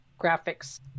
graphics